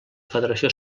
federació